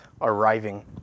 arriving